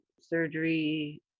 surgery